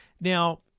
Now